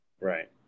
Right